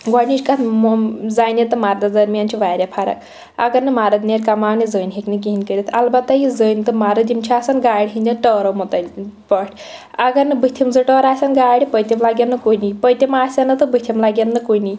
گۄڈٕنِچۍ کَتھ زَنہِ تہٕ مَردَس درمیان چھِ واریاہ فرق اگر نہٕ مَرد نیرِ کَماونہِ زٔنۍ ہیٚکہِ نہٕ کِہیٖنۍ کٔرِتھ البتہ یہِ زٔنۍ تہٕ مَرد یِم چھِ آسان گاڑِ ہِنٛدیٛو ٹٲرو مُٮتعلق پٲٹھۍ اگر نہٕ بُتھِم زٕ ٹٲر آسیٚن گاڑِ پٔتِم لَگیٚن نہٕ کُنی پٔتِم آسیٚن نہٕ تہٕ بُتھِم لَیٚن نہٕ کُنی